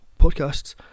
podcasts